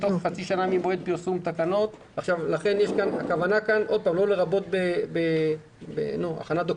יש כאן כוונה לא לרבות בהכנת עבודות